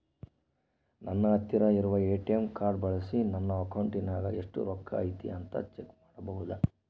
ನನ್ನ ಹತ್ತಿರ ಇರುವ ಎ.ಟಿ.ಎಂ ಕಾರ್ಡ್ ಬಳಿಸಿ ನನ್ನ ಅಕೌಂಟಿನಾಗ ಎಷ್ಟು ರೊಕ್ಕ ಐತಿ ಅಂತಾ ಚೆಕ್ ಮಾಡಬಹುದಾ?